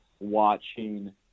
watching